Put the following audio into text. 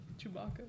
Chewbacca